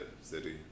City